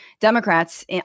Democrats